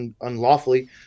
unlawfully